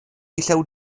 llew